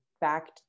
back